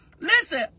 Listen